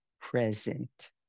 present